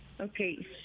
Okay